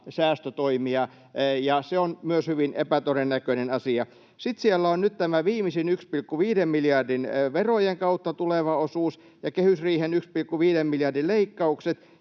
säästötoimia, ja se on myös hyvin epätodennäköinen asia. Sitten siellä on nyt tämä viimeisin verojen kautta tuleva 1,5 miljardin osuus ja kehysriihen 1,5 miljardin leikkaukset